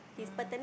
mm